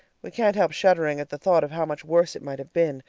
we can't help shuddering at the thought of how much worse it might have been,